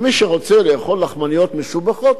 ומי שרוצה לאכול לחמניות משובחות,